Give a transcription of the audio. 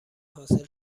حاصل